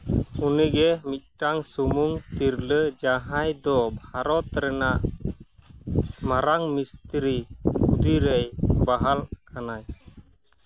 ᱩᱱᱤᱜᱮ ᱢᱤᱫᱴᱟᱝ ᱥᱩᱢᱩᱝ ᱛᱤᱨᱞᱟᱹ ᱡᱟᱦᱟᱸᱭ ᱫᱚ ᱵᱷᱟᱨᱚᱛ ᱨᱮᱱᱟᱜ ᱢᱟᱨᱟᱝ ᱢᱚᱱᱛᱨᱤ ᱦᱩᱫᱟᱹ ᱨᱮᱭ ᱵᱟᱦᱟᱞ ᱟᱠᱟᱱᱟᱭ